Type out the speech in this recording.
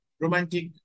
romantic